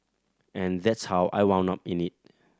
and that's how I wanna up in it